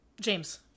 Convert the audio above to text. James